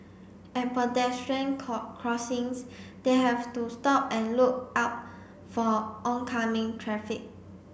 at pedestrian crossings they have to stop and look out for oncoming traffic